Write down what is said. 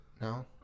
No